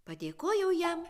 padėkojau jam